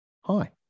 hi